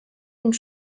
und